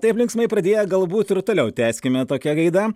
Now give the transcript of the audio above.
taip linksmai pradėjo galvoti ir toliau tęskime tokia gaida